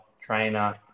trainer